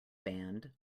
band